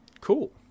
Cool